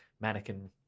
mannequin